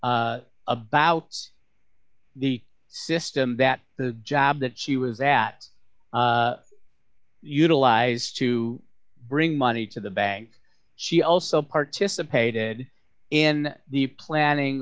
about the system that the job that she was that utilized to bring money to the bank she also participated in the planning